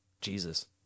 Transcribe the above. Jesus